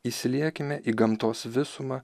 įsiliekime į gamtos visumą